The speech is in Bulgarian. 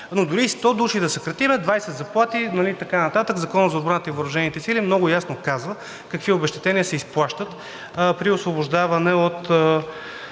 но дори и 100 души да съкратим – двадесет заплати нали и така нататък, Законът за отбраната и въоръжените сили много ясно казва какви обезщетения се изплащат при освобождаване от